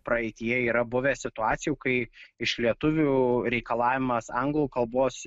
praeityje yra buvę situacijų kai iš lietuvių reikalavimas anglų kalbos